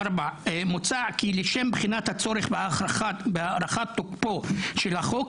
מוצע כי לשם בחינת הצורך בהארכת תוקפו של החוק,